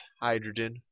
hydrogen